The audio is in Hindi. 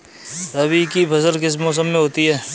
रबी की फसल किस मौसम में होती है?